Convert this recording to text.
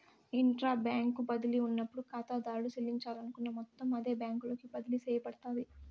intra bank బదిలీ ఉన్నప్పుడు కాతాదారుడు సెల్లించాలనుకున్న మొత్తం అదే బ్యాంకులోకి బదిలీ సేయబడతాది